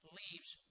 leaves